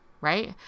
Right